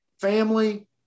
family